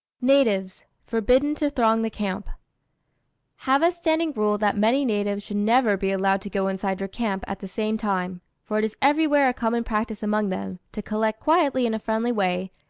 natives forbidden to throng the camp have a standing rule that many natives should never be allowed to go inside your camp at the same time for it is everywhere a common practice among them, to collect quietly in a friendly way,